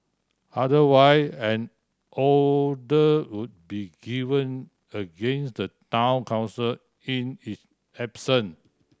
otherwise an order would be given against the Town Council in its absence